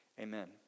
Amen